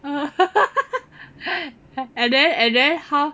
and then and then how